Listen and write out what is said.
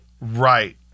Right